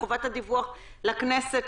לחובת הדיווח לכנסת,